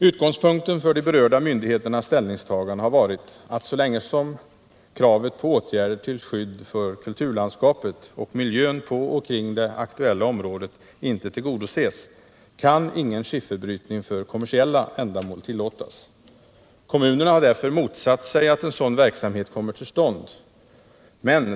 Utgångspunkten för de berörda myndigheternas ställningstagande har varit att så länge som kravet på åtgärder till skydd för kulturlandskapet och miljön på och kring det aktuella området inte tillgodoses, kan ingen skifferbrytning för kommersiella ändamål tillåtas. Kommunerna har därför motsatt sig att en sådan verksamhet kommer till stånd.